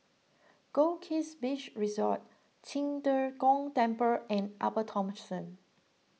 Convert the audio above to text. Goldkist Beach Resort Qing De Gong Temple and Upper Thomson